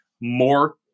more